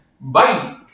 Bye